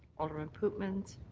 alderman pootmans.